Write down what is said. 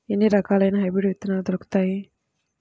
ఎన్ని రకాలయిన హైబ్రిడ్ విత్తనాలు దొరుకుతాయి?